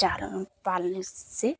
जानवर पालने से